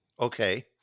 Okay